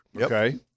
okay